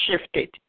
shifted